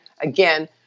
again